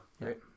Right